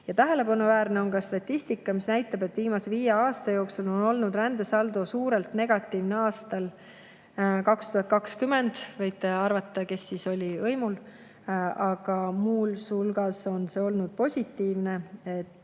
Tähelepanuväärne on ka statistika, mis näitab, et viimase viie aasta jooksul on olnud rändesaldo suurelt negatiivne aastal 2020 – võite arvata, kes siis oli võimul –, aga muus osas on see olnud positiivne.